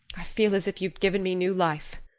i feel as if you'd given me new life.